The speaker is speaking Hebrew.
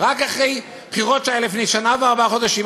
רק אחרי בחירות שהיו לפני שנה וארבעה חודשים,